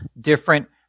different